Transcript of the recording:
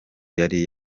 yari